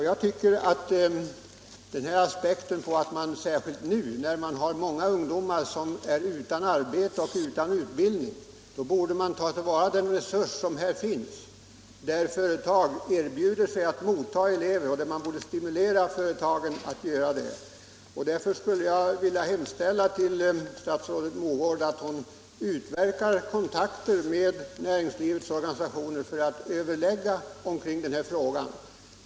Jag tycker att man särskilt nu, när så många ungdomar är utan arbete och utan utbildning, borde ta till vara den resurs som består i att företag erbjuder sig att ta emot elever, och man borde stimulera företagen att göra detta. Därför hemställer jag till statsrådet Mogård att hon tar upp kontakter med näringslivets organisationer för att överlägga om denna fråga.